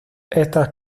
estas